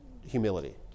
humility